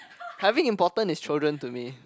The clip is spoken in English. having important is children to me